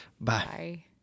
Bye